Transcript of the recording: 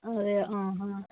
അതെയോ ആ ഹാ